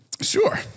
Sure